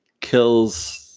kills